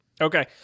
Okay